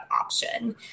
option